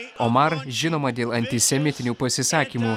omar žinoma dėl antisemitinių pasisakymų